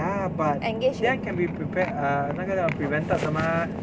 ya but then can be prepare err 那个叫 prevented 的 mah